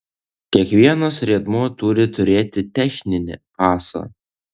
kiekvienas riedmuo turi turėti techninį pasą